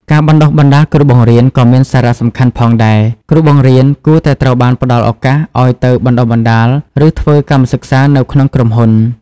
ការបណ្តុះបណ្តាលគ្រូបង្រៀន ក៏មានសារៈសំខាន់ផងដែរ គ្រូបង្រៀនគួរតែត្រូវបានផ្តល់ឱកាសឱ្យទៅបណ្តុះបណ្តាល ឬធ្វើកម្មសិក្សានៅក្នុងក្រុមហ៊ុន